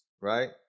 right